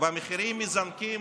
והמחירים מזנקים